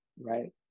right